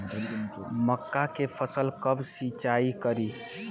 मका के फ़सल कब सिंचाई करी?